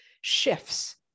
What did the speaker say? shifts